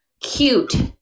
cute